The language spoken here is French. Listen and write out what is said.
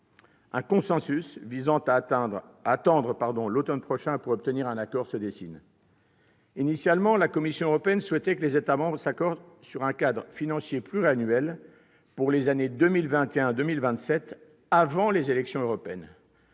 Un consensus visant à attendre l'automne prochain pour obtenir un accord se dessine. Initialement, la Commission européenne souhaitait que les États membres s'accordent sur un cadre financier pluriannuel pour les années 2021-2027 avant les élections européennes.